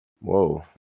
Whoa